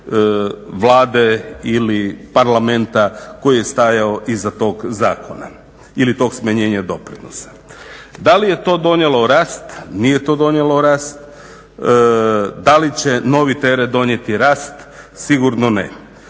Da li je to donijelo rast? Nije to donijelo rast. Da li će novi teret donijeti rast? Sigurno ne.